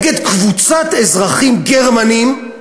נגד קבוצת אזרחים גרמנים?